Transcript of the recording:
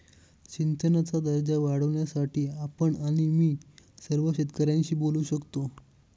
सिंचनाचा दर्जा वाढवण्यासाठी आपण आणि मी सर्व शेतकऱ्यांशी बोलू शकतो